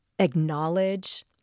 acknowledge